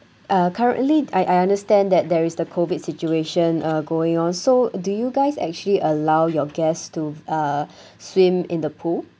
uh currently I I understand that there is the COVID situation uh going on so do you guys actually allow your guest to uh swim in the pool